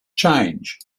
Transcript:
change